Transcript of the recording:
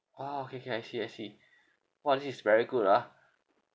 orh okay okay I see I see !wah! this is very good ah